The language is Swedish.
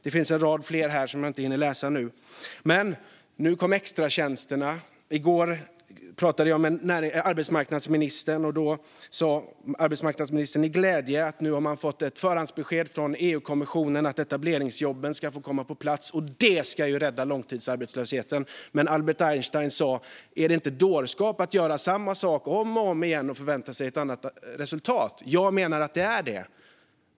Det finns en rad fler exempel som jag inte hinner ta upp nu. Nu kommer extratjänsterna. I går pratade jag med arbetsmarknadsministern. Då sa arbetsmarknadsministern glatt att man nu har fått ett förhandsbesked från EU-kommissionen om att etableringsjobben ska få komma på plats. Det ska rädda oss från långtidsarbetslösheten! Men Albert Einstein sa att det var dårskap att göra samma sak om och om igen och förvänta sig ett annat resultat. Jag menar att det är så.